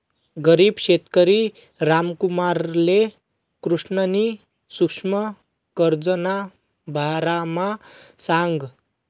गरीब शेतकरी रामकुमारले कृष्णनी सुक्ष्म कर्जना बारामा सांगं